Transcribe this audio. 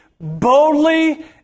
boldly